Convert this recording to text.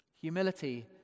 Humility